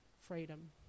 freedom